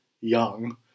young